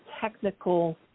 technical